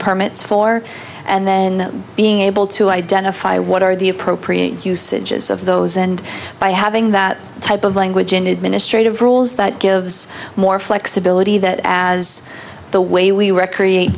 permits for and then being able to identify what are the appropriate usages of those and by having that type of language in administrative rules that gives more flexibility that as the way we recreate